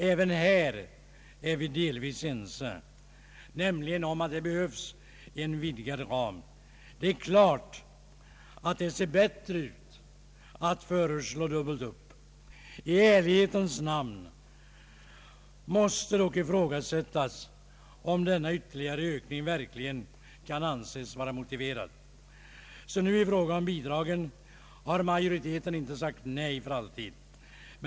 Även här är vi delvis ense, nämligen om att det behövs en vidgad ram. Det är klart att det ser bättre ut att föreslå dubbelt upp. I ärlighetens namn måste dock ifrågasättas, om denna ytterligare ökning verkligen kan anses vara motiverad. I fråga om bidragen har majoriteten inte sagt nej för alltid.